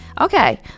Okay